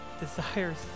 desires